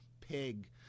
pig